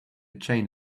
chain